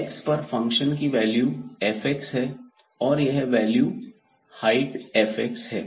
x पर function की value fहै और यह वैल्यू हाइट f है